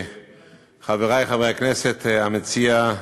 חברי חברי הכנסת, המציע,